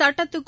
சட்டத்துக்கும்